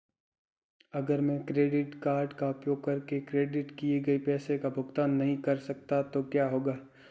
अगर मैं credit card का उपयोग करके क्रेडिट किए गए पैसे का भुगतान नहीं कर सकता तो क्या होगा?